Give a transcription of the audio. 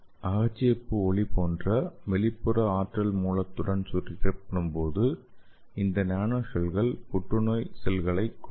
அகச்சிவப்பு ஒளி போன்ற வெளிப்புற ஆற்றல் மூலத்துடன் சூடேற்றப்படும்போது இந்த நானோஷெல்கள் புற்றுநோய் செல்களைக் கொல்லும்